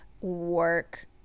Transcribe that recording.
work